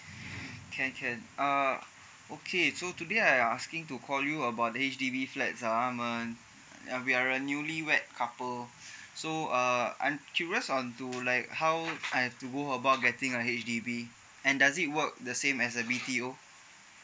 can can uh okay so today I asking to call you about the H_D_B flat ah I'm a we're newly wed couples so uh I'm curious on to like how I have to go about getting a H_D_B and does it work the same as the B_T_O